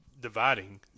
dividing